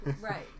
Right